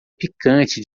picante